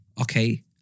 okay